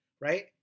right